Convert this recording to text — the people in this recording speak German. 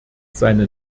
seine